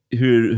hur